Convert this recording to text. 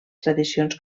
tradicions